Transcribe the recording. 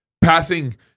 passing